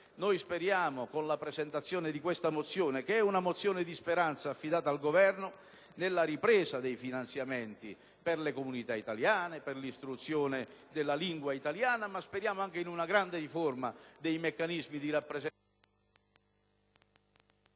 speriamo, con la presentazione di questa mozione, una mozione di speranza affidata al Governo, nella ripresa dei finanziamenti alle comunità italiane per l'insegnamento della lingua italiana e speriamo anche in una grande riforma dei meccanismi di rappresentanza...